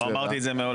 לא אמרתי את זה מעולם.